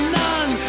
none